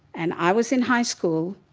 and i was in high school,